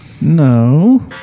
No